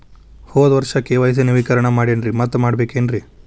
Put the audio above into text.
ಹೋದ ವರ್ಷ ಕೆ.ವೈ.ಸಿ ನವೇಕರಣ ಮಾಡೇನ್ರಿ ಮತ್ತ ಮಾಡ್ಬೇಕೇನ್ರಿ?